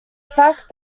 fact